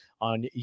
on